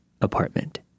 apartment